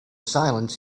silence